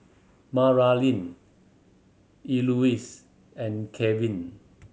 Maralyn Elouise and Kevin